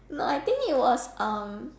no I think it was um